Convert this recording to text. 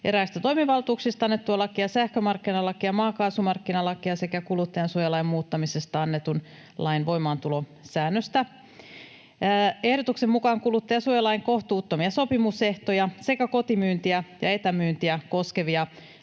eräistä toimivaltuuksista annettua lakia, sähkömarkkinalakia, maakaasumarkkinalakia sekä kuluttajansuojalain muuttamisesta annetun lain voimaantulosäännöstä. Ehdotuksen mukaan kuluttajansuojalain kohtuuttomia sopimusehtoja sekä kotimyyntiä ja etämyyntiä koskevien